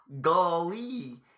golly